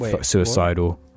suicidal